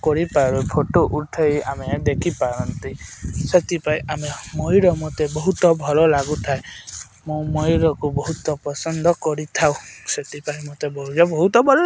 କରିପାରୁ ଫୋଟୋ ଉଠେଇ ଆମେ ଦେଖିପାରନ୍ତି ସେଥିପାଇଁ ଆମେ ମୟୂର ମୋତେ ବହୁତ ଭଲ ଲାଗୁଥାଏ ମୁଁ ମୟୂରକୁ ବହୁତ ପସନ୍ଦ କରିଥାଉ ସେଥିପାଇଁ ମୋତେ ବହୁତ ବହୁତ ଭଲ